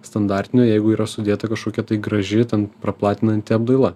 standartinio jeigu yra sudėta kažkokia tai grąži ten praplatinanti apdaila